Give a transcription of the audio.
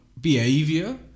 behavior